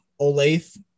Olathe